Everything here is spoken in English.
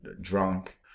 drunk